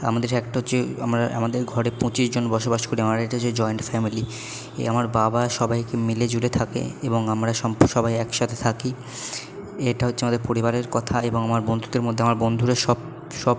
আমাদের একটা হচ্ছে আমরা আমাদের ঘরে পঁচিশ জন বসবাস করি আমরা যে জয়েন্ট ফ্যামিলি এই আমার বাবা সবাইকে মিলেজুলে থাকে এবং আমরা সবাই একসাথে থাকি এটা হচ্ছে আমাদের পরিবারের কথা এবং আমার বন্ধুদের মধ্যে আমার বন্ধুরা সব সব